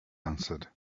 answered